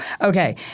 Okay